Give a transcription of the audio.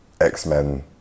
X-Men